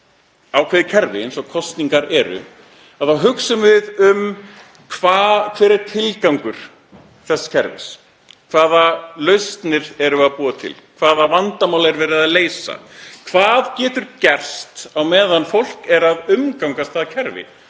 ákveðið kerfi eins og kosningar þá hugsum við um hver sé tilgangur þess kerfis. Hvaða lausnir erum við að búa til? Hvaða vandamál er verið að leysa? Hvað getur gerst á meðan fólk er að umgangast það kerfi?